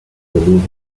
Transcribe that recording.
lanes